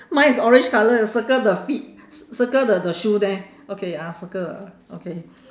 mine is orange colour you circle the feet cir~ circle the the shoe there okay ah circle the okay